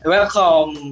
Welcome